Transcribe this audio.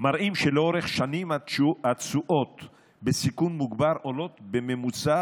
מראים שלאורך שנים התשואות בסיכון מוגבר עולות בממוצע